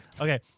Okay